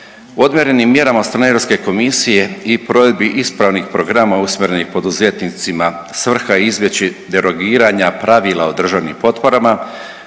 Odmjerenim mjerama od strane EK i provedbi ispravnih programa usmjerenih poduzetnicima svrha je izbjeći derogiranja pravila o državnim potporama